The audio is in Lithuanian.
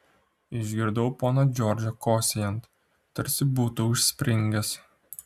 išgirdau poną džordžą kosėjant tarsi būtų užspringęs